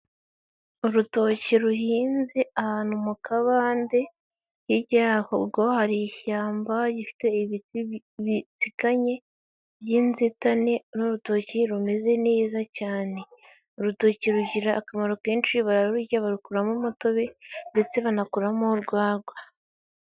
Urutoki ruhinze ahantu mu kabande, hirya yarwo hari ishyamba rifite ibiti bitiganye by'inzitane, ni urutoki rumeze neza cyane. Urutoki rugira akamaro kenshi, bararurya, barukuramo umutobe, ndetse banakuramo urwagwa.